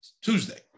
Tuesday